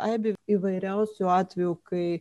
aibė įvairiausių atvejų kai